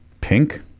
Pink